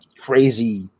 crazy